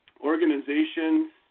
organizations